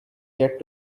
yet